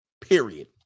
period